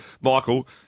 Michael